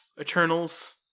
Eternals